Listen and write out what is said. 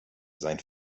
sein